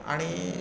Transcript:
आणि